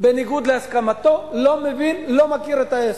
בניגוד להסכמתו, לא מכיר את העסק.